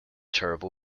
turbo